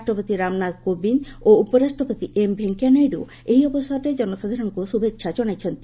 ରାଷ୍ଟ୍ରପତି ରାମନାଥ କୋବିନ୍ଦ ଓ ଉପରାଷ୍ଟ୍ରପତି ଏମ୍ଭେଙ୍କିୟାନାଇଡ଼ୁ ଏହି ଅବସରରେ ଜନସାଧାରଣଙ୍କୁ ଶୁଭେଚ୍ଛା ଜଣାଇଛନ୍ତି